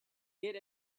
get